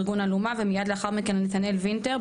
ארגון אלומה; ומיד לאחר מכן לנתנאל וינטר,